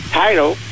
title